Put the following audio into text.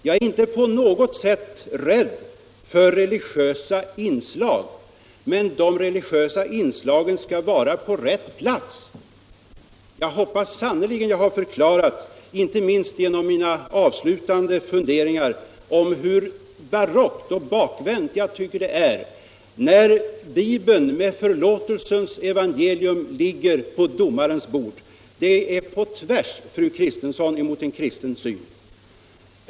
Jag är inte på något sätt rädd för religiösa inslag, men de religiösa inslagen skall vara på rätt plats. Jag hoppas sannerligen jag har förklarat, inte minst genom de avslutande funderingarna i mitt anförande, hur barockt och bakvänt jag tycker det är när Bibeln med förlåtelsens evangelium ligger på domarens bord. Det är på tvärs, fru Kristensson, emot en kristen syn.